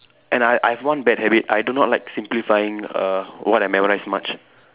and I I have one bad habit I do not like simplifying err what I memorize much